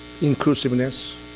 inclusiveness